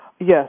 Yes